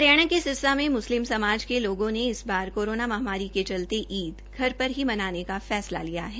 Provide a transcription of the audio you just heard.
हरियाणा के सिरसा मे मुस्लिम समाज के लोगों ने इस बार कोरोना के चलते ईद घर पर ही मनाने का फैसला लिया है